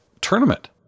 tournament